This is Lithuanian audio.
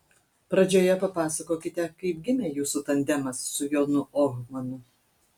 pradžioje papasakokite kaip gimė jūsų tandemas su jonu ohmanu